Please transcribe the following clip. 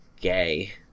gay